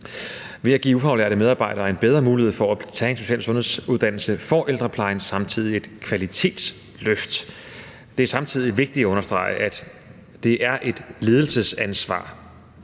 Ved at give ufaglærte medarbejdere bedre mulighed for at tage en social- og sundhedsuddannelse får ældreplejen samtidig et kvalitetsløft. Det er samtidig vigtigt at understrege, at det er et ledelsesansvar